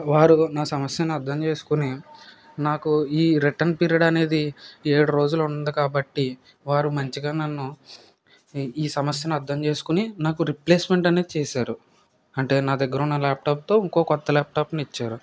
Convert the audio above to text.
వారు నా సమస్యను అర్థం చేసుకొని నాకు ఈ రిటర్న్ పీరియడ్ అనేది ఏడు రోజులు ఉంది కాబట్టి వారు మంచిగా నన్ను ఈ సమస్యను అర్థం చేసుకొని నాకు రీప్లేస్మెంట్ అనేది చేశారు అంటే నా దగ్గర ఉన్న ల్యాప్టాప్తో ఇంకో కొత్త ల్యాప్టాప్ని ఇచ్చారు